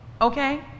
okay